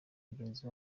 mugenzi